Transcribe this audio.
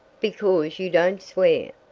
because you don't swear.